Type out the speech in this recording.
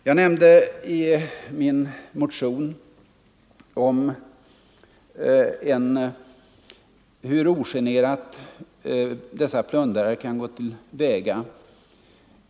Jag nämnde i min motion hur ogenerat dessa plundrare kan gå till väga.